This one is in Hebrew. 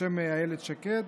בשם אילת שקד,